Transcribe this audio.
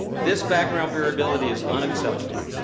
this background variability is unacceptable,